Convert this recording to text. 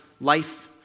life